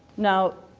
now,